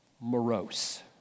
morose